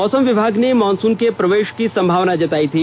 मौसम विभाग ने मानसून के प्रवेष की संभावना जताई थी